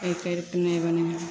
एहि तरहके नहि बनै हइ